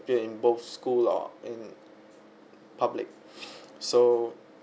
appear in both school or in public so